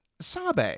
Sabe